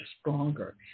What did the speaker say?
stronger